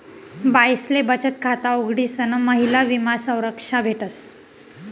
बाईसले बचत खाता उघडीसन महिला विमा संरक्षा भेटस